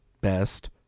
best